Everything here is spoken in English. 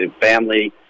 Family